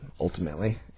ultimately